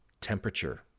temperature